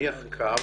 להניח קו